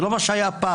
זה לא מה שהיה פעם,